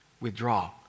withdraw